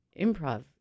improv